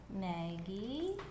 Maggie